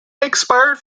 expired